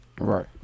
Right